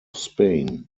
spain